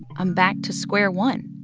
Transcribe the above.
i'm back to square one.